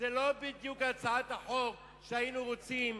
זו לא בדיוק הצעת החוק, היינו רוצים